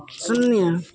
शून्य